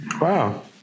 Wow